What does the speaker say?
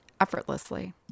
effortlessly